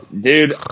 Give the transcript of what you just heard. Dude